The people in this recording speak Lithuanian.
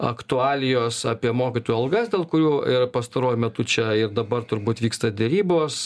aktualijos apie mokytojų algas dėl kurių pastaruoju metu čia ir dabar turbūt vyksta derybos